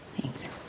Thanks